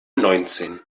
neunzehn